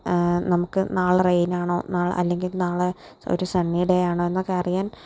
നമുക്ക് നാളെ റെയ്നാണോ നാളെ അല്ലങ്കിൽ നാളെ ഒരു സണ്ണി ഡേയാണോ എന്നൊക്കെ അറിയാൻ